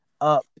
up